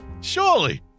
Surely